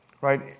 Right